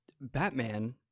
Batman